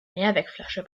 mehrwegflasche